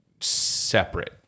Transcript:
separate